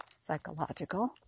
psychological